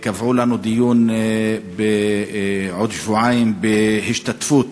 קבעו לנו דיון בעוד שבועיים בהשתתפות,